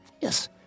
Yes